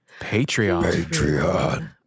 Patreon